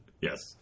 Yes